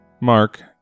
Mark